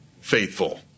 faithful